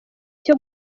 cyo